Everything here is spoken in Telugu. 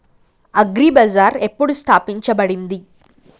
అగ్రి బజార్ ఎప్పుడు స్థాపించబడింది?